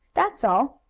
that's all.